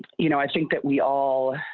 you know i think that we all.